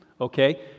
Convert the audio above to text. okay